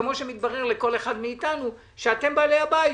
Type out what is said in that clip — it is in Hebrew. כמו שמתברר לכל אחד מאתנו, שאתם בעלי הבית.